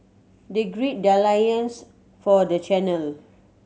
they gird their loins for the channel